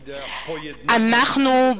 אנחנו,